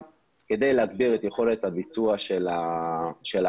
כדי להגביר את יכולת הביצוע של ההחלטה.